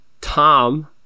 Tom